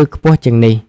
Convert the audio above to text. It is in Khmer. ឬខ្ពស់ជាងនេះ។